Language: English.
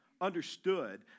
understood